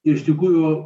iš tikrųjų